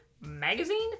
Magazine